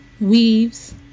weaves